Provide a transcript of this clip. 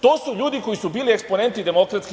To su ljudi koji su bili eksponenti DS.